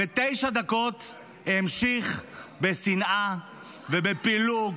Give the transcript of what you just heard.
ותשע דקות המשיך בשנאה ובפילוג